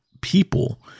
people